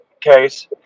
case